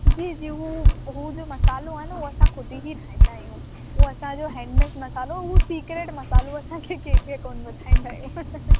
जी जी उहो उहो जो मसालो आहे न उहो असां खुद ई ठाहींदा आहियूं उहो असांजो हेंड मेड मसालो उहो सीक्रेट मसालो असां कंहिंखे कोन ॿुधाईंदा आहियूं